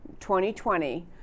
2020